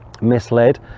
misled